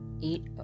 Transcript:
eat